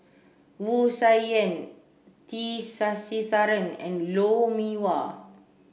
Wu Tsai Yen T Sasitharan and Lou Mee Wah